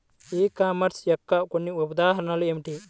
ఈ కామర్స్ యొక్క కొన్ని ఉదాహరణలు ఏమిటి?